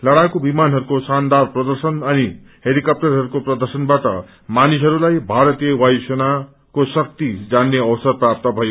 लड़ाकू विमानहरूको शनदार प्रद्रशन अनि हेलीकप्टरहरूको प्रद्रशनहबाट मानिसहरूलाई भारतीय वायु सेनको शक्ति जान्ने अवसर प्राप्त भयो